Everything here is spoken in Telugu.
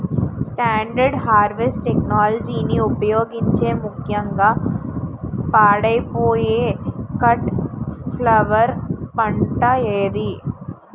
స్టాండర్డ్ హార్వెస్ట్ టెక్నాలజీని ఉపయోగించే ముక్యంగా పాడైపోయే కట్ ఫ్లవర్ పంట ఏది?